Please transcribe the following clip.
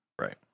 Right